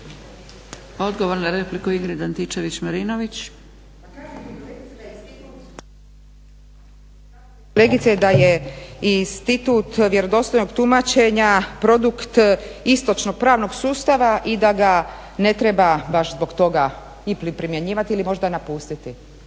Marinović, Ingrid (SDP)** Kažete kolegice da je institut vjerodostojnog tumačenja produkt istočnog pravnog sustava i da ga ne treba baš zbog toga … primjenjivat ili možda napustiti.